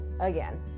Again